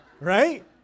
Right